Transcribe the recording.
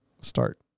start